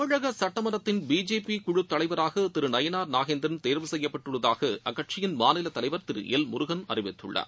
தமிழக சட்டமன்றத்தின் பிஜேபி குழுத் தலைவராக திரு நயினார் நாகேந்திரன் தேர்வு செய்யப்பட்டுள்ளதாக அக்கட்சியின் மாநிலத் தலைவர் திரு எல் முருகன் அறிவித்துள்ளார்